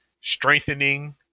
strengthening